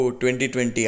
2020